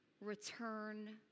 return